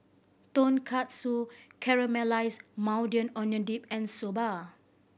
Tonkatsu Caramelize Maui Onion Dip and Soba